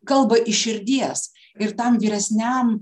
kalba iš širdies ir tam vyresniam